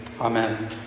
amen